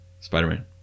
Spider-Man